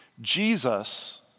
Jesus